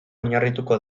oinarrituko